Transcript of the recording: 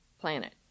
planet